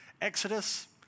Exodus